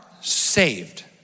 saved